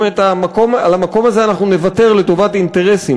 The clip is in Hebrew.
אם על המקום הזה אנחנו נוותר לטובת אינטרסים,